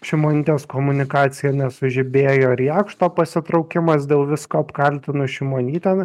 šimonytės komunikacija nesužibėjo ir jakšto pasitraukimas dėl visko apkaltinus šimonytę na